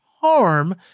harm